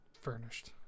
furnished